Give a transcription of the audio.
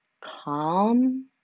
calm